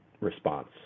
response